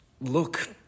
look